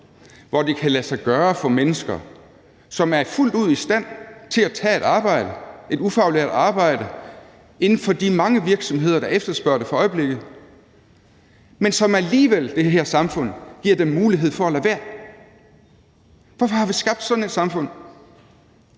hvor det kan lade sig gøre for mennesker, som er fuldt ud i stand til at tage et arbejde, et ufaglært arbejde, inden for de mange virksomheder, der efterspørger det for øjeblikket, at lade være? Hvorfor har vi skabt sådan et samfund?